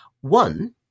One